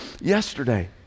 yesterday